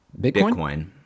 Bitcoin